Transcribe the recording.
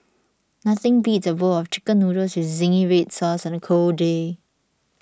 nothing beats a bowl of Chicken Noodles with Zingy Red Sauce on a cold day